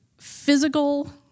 physical